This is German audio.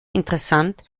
interessant